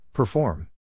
Perform